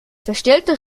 verstellter